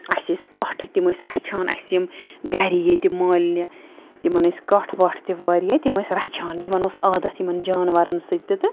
اسہِ ٲسۍ کَٹھ تِم ٲسۍ رَچھان اسہِ یِم گھرِ ییٚتہِ مالنہِ تِمَن ٲسۍ کَٹھ وَٹھ تہِ واریاہ تِم ٲسۍ رَچھان یِمَن اوس عادت یِمَن جانوَرَن سۭتۍ تہِ تہٕ